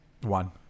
one